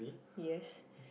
yes